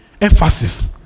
Emphasis